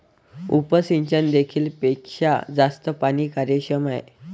उपसिंचन देखील पेक्षा जास्त पाणी कार्यक्षम आहे